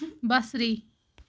بصری